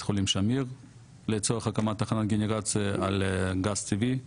חולים שמיר לצורך הקמת תחנת גנרציה על גז טבעי.